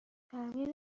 تعمیر